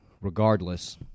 Regardless